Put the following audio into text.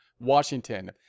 Washington